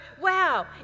wow